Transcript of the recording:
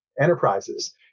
enterprises